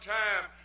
time